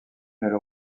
elle